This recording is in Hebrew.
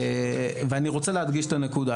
ואני רוצה להדגיש את הנקודה.